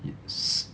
it's